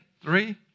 Three